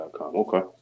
Okay